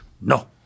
No